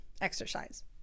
exercise